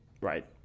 right